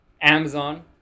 Amazon